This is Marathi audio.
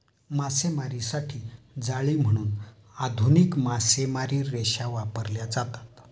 मासेमारीसाठी जाळी म्हणून आधुनिक मासेमारी रेषा वापरल्या जातात